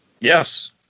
Yes